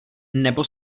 nebo